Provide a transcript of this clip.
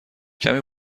کمی